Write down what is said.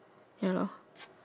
ya lor